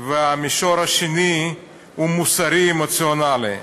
והמישור השני הוא מוסרי-אמוציונלי.